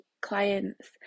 clients